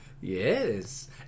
Yes